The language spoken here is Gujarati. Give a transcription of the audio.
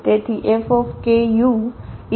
તેથી FkukF થશે